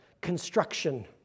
construction